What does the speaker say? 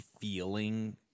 feeling